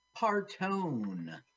partone